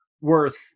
worth